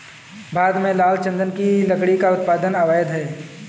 भारत में लाल चंदन की लकड़ी का उत्पादन अवैध है